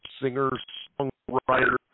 singer-songwriter